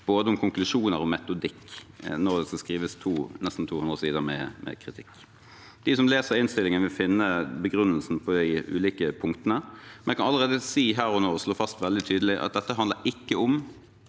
både om konklusjoner og om metodikk, når det skal skrives nesten 200 sider med kritikk. De som leser innstillingen, vil finne begrunnelsen på de ulike punktene, men jeg kan allerede her og nå slå fast veldig tydelig at dette ikke handler om